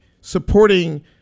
supporting